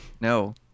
No